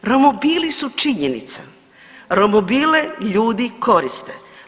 Romobili su činjenica, romobile ljudi koriste.